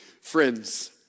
friends